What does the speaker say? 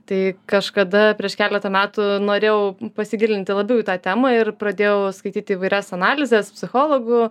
tai kažkada prieš keletą metų norėjau pasigilinti labiau į tą temą ir pradėjau skaityti įvairias analizes psichologų